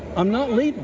i'm not leaving